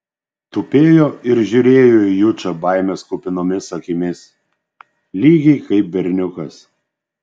tupėjo ir žiūrėjo į jučą baimės kupinomis akimis lygiai kaip berniukas